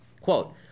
quote